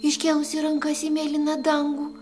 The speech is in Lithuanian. iškėlusi rankas į mėlyną dangų